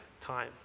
time